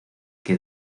que